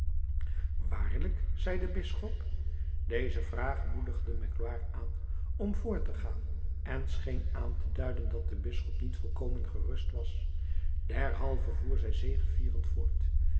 waarlijk zei de bisschop deze vraag moedigde magloire aan om voort te gaan en scheen aan te duiden dat de bisschop niet volkomen gerust was derhalve voer zij zegevierend voort